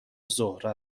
زهره